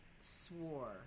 swore